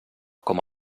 com